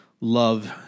love